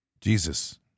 Jesus